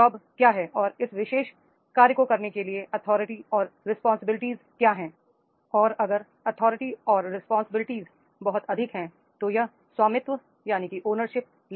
job क्या है और इस विशेष कार्य को करने के लिए अथॉरिटी और रिस्पांसिबिलिटीज क्या है और अगर अथॉरिटी और रिस्पांसिबिलिटीज बहुत अधिक हैं तो यह स्वामित्व ले रहा है